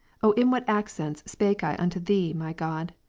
oh in what accents spake i unto thee, my god,